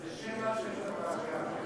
אז לשם מה צריך את המאגר?